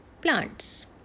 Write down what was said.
Plants